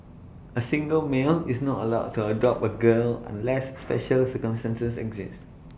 A single male is not allowed to adopt A girl unless special circumstances exist